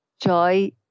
joy